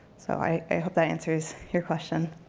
so i hope that answers your question.